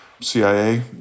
CIA